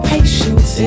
Patience